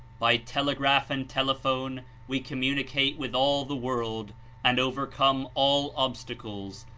by telegraph and telephone we communicate with all the world and overcome all obstacles,